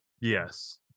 yes